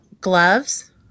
Gloves